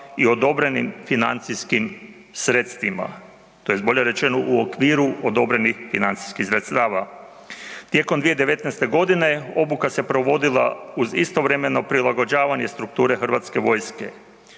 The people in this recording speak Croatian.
i odobrenim financijskim sredstvima, to jest bolje rečeno u okviru odobrenih financijskih sredstava. Tijekom 2019.-te godine obuka se provodila uz istovremeno prilagođavanje strukture Hrvatske vojske,